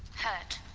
hurt,